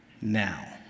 now